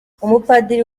umupadiri